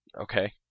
okay